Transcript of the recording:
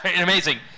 amazing